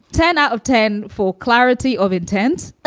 ten out of ten. for clarity of intent.